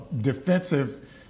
defensive